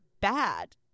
bad